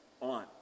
on